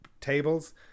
tables